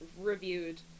reviewed